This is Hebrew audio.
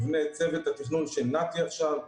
בפני צוות התכנון של נת"י עכשיו.